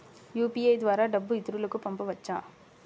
UPI ద్వారా డబ్బు ఇతరులకు పంపవచ్చ?